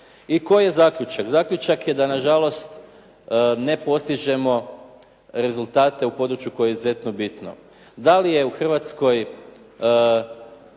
I koji je zaključak? Zaključak je da nažalost ne postižemo rezultate u području koje je izuzetno bitno. Da li je u Hrvatskoj